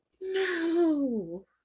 No